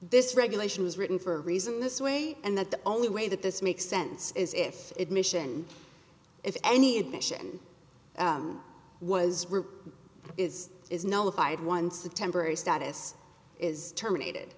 this regulation was written for a reason this way and that the only way that this makes sense is if admission if any admission was is is no five once a temporary status is terminated